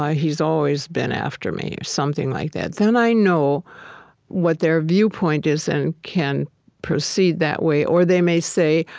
he's always been after me, or something like that. then i know what their viewpoint is and can proceed that way. or they may say,